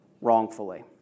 wrongfully